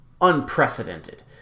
unprecedented